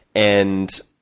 and,